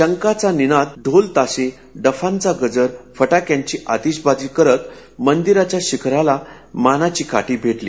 शंखाचा निनाद ढोलताशे डफाचा गजर फटाक्यांची आतषबाजी करत मंदिराच्या शिखराला मानाची काठी भेटली